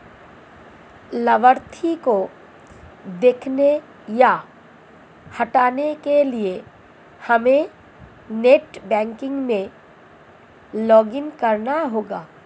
लाभार्थी को देखने या हटाने के लिए हमे नेट बैंकिंग में लॉगिन करना होगा